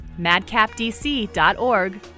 madcapdc.org